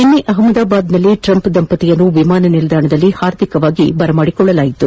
ನಿನ್ನೆ ಅಹಮದಾಬಾದ್ನಲ್ಲಿ ಟ್ರಂಪ್ ದಂಪತಿಯನ್ನು ವಿಮಾನ ನಿಲ್ಲಾಣದಲ್ಲಿ ಹಾರ್ದಿಕವಾಗಿ ಬರಮಾದಿಕೊಳ್ಳಲಾಯಿತು